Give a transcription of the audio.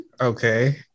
Okay